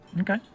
okay